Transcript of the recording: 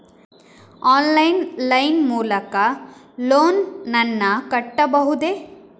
Online line ಮೂಲಕ loan ನನ್ನ ಕಟ್ಟಬಹುದೇ?